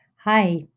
Hi